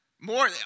more